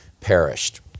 perished